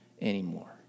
anymore